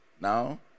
now